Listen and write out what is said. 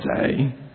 say